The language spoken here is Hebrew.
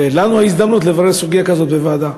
ולנו זו ההזדמנות לברר סוגיה כזאת בוועדה.